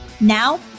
Now